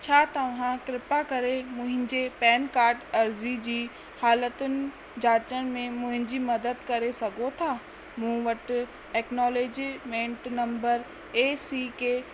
छा तव्हां कृपा करे मुहिंजे पैन कार्ड अर्ज़ी जी हालतुनि जाचण में मुहिंजी मदद करे सघो था मूंटि व एकिनोलेजिमेंट नंबर ए सी के